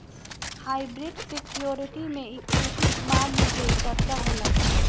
hybrid security में equity bond के चर्चा होला